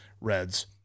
Reds